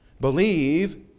Believe